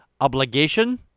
obligation